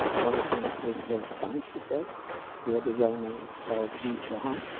one of them is her son, she says the other gentleman is called roozbejan.